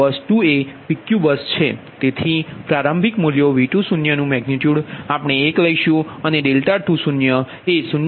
તેથી પ્રારંભિક મૂલ્યો V20 નુ મેગનિટયુડ આપણે 1 લઈશું અને 20 એ 0